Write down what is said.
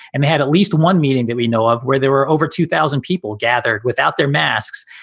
and they had at least one meeting that we know of where there were over two thousand people gathered without their masks,